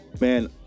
man